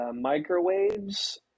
microwaves